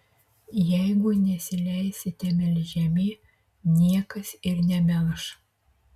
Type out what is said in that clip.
jeigu nesileisite melžiami niekas ir nemelš